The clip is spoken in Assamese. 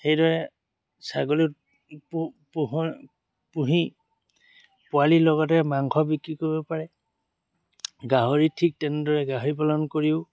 সেইদৰে ছাগলী পুহি পোৱালিৰ লগতে মাংস বিক্ৰী কৰিব পাৰে গাহৰি ঠিক তেনেদৰে গাহৰি পালন কৰিও